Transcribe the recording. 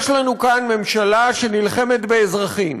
יש לנו כאן ממשלה שנלחמת באזרחים,